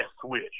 switch